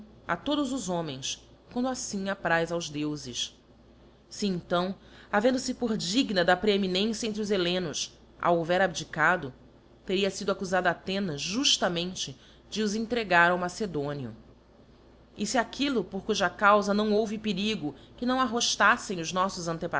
a todos os homens quando aítim apraz aos deufes se então havendo fe por digna da preeminência entre os hellenos a houvera abdicado teria fido accufada athenas juílamente de os entregar ao macedónio e fe aquillo por cuja caufa não houve perigo que não arroílaffem os noítos